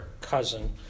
cousin